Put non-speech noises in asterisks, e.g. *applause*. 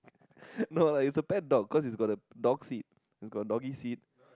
*laughs* no lah is a bad dog cause it's got a dog seat it's got a doggy seat